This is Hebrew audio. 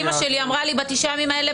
אימא שלי אמרה לי: בתשעה ימים האלה,